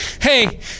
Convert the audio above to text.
hey